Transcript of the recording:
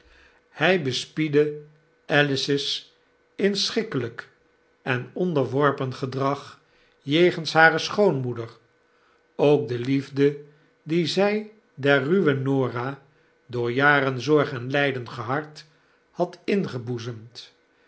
hg bespiedde alice's inschikkelijk en onderworpen gedrag jegens hare schoonmoeder ook de liefde die zy der ruwe norah door jaren zorg en lijden gehard had ingeboezemd